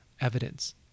evidence